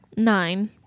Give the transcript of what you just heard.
Nine